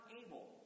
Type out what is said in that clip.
able